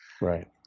Right